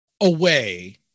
Away